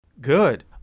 Good